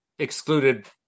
excluded